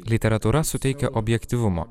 literatūra suteikia objektyvumo